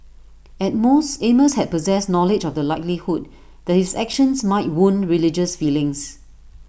at most amos had possessed knowledge of the likelihood that his actions might wound religious feelings